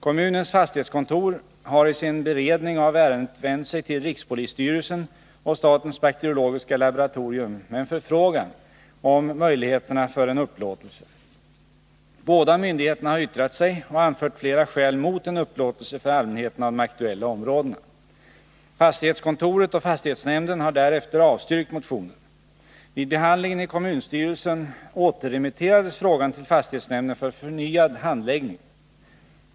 Kommunens fastighetskontor har i sin beredning av ärendet vänt sig till rikspolisstyrelsen och statens bakteriologiska laboratorium med en förfrågan om möjligheterna för en upplåtelse. Båda myndigheterna har yttrat sig och anfört flera skäl mot en upplåtelse för allmänheten av de aktuella områdena. Fastighetskontoret och fastighetsnämnden har därefter avstyrkt motionen. Vid behandlingen i kommunstyrelsen återremitterades frågan till fastighetsnämnden för förnyad handläggning.